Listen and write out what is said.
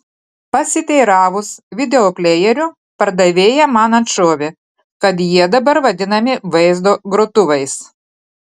pasiteiravus videoplejerių pardavėja man atšovė kad jie dabar vadinami vaizdo grotuvais